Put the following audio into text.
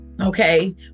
Okay